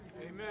amen